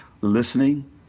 listening